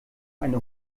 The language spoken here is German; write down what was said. eine